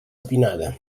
tupinada